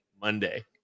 Monday